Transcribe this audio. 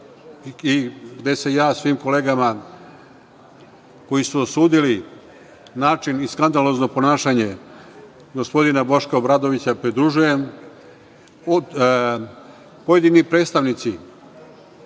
i gde se ja svim kolegama koji su osudili način i skandalozno ponašanje, gospodina Boška Obradovića pridružujem. Pojedini predstavnici